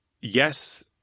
yes